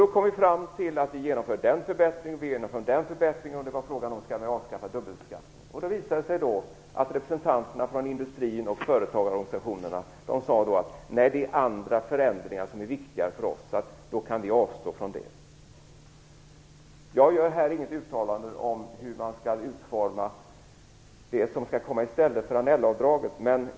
Vi kom fram till vissa förbättringar som vi skulle införa. Frågan var t.ex. om vi skulle avskaffa dubbelbeskattningen. Det visade sig då att representanterna från industrin och företagarorganisationerna sade att andra förändringar var viktigare för dem och att de kunde avstå från den förändringen. Jag gör här inget uttalande om hur man skall utforma den åtgärd som skall komma i stället för Annell-avdraget.